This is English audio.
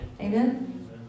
Amen